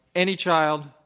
any child,